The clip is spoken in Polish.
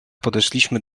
podeszliśmy